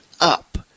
up